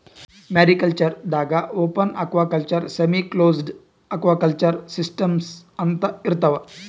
mariculture ದಾಗಾ open aquaculture, semiclosed aquaculture systems ಅಂತಾ ಇರ್ತವ್